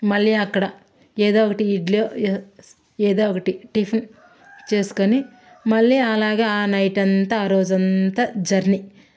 మళ్ళీ అక్కడ ఎదో ఒకటి ఇడ్లీ ఎదో ఒకటి టిఫిన్ చేసుకొని మళ్ళీ అలాగా ఆ నైట్ అంతా ఆ రోజు అంతా జర్నీ